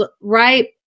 right